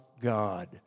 God